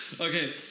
Okay